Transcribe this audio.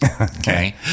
Okay